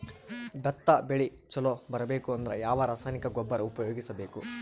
ಭತ್ತ ಬೆಳಿ ಚಲೋ ಬರಬೇಕು ಅಂದ್ರ ಯಾವ ರಾಸಾಯನಿಕ ಗೊಬ್ಬರ ಉಪಯೋಗಿಸ ಬೇಕು?